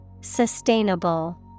Sustainable